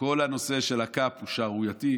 כל הנושא של ה-cap הוא שערורייתי,